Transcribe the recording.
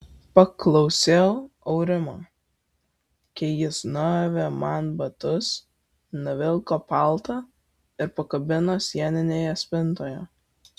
paklausiau aurimo kai jis nuavė man batus nuvilko paltą ir pakabino sieninėje spintoje